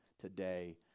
today